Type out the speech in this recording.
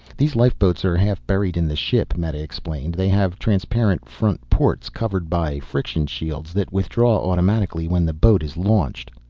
these lifeboats are half buried in the ship, meta explained. they have transparent front ports covered by friction shields that withdraw automatically when the boat is launched.